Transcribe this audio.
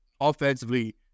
offensively